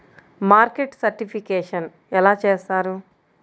Market certification ఎలా చేస్తారు?